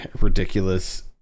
ridiculous